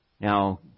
Now